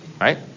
Right